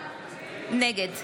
נגד